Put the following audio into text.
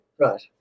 Right